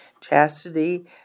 Chastity